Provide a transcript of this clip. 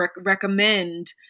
recommend